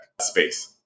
space